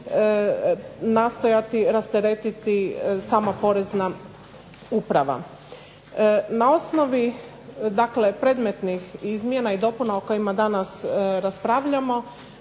nastojati rasteretiti sama porezna uprava. Na osnovi dakle predmetnih izmjena i dopuna o kojima danas raspravljamo,